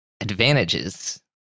Advantages